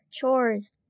chores